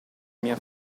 mia